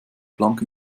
planck